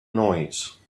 noise